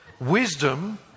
wisdom